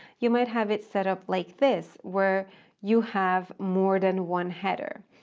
you might have it set up like this where you have more than one header.